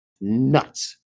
nuts